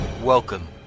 Welcome